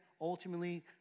ultimately